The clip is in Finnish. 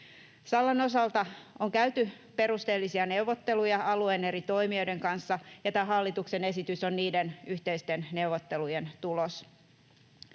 Sallan osalta on käyty perusteellisia neuvotteluja alueen eri toimijoiden kanssa, ja tämä hallituksen esitys on niiden yhteisten neuvottelujen tulos.